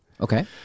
Okay